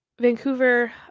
Vancouver